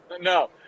No